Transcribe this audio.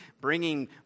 bringing